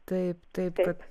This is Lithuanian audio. taip taip